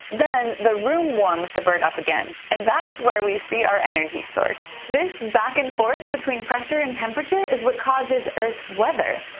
then the room warms the bird up again, and that's where we see our energy source. this back and forth between pressure and temperature is what causes earth's weather,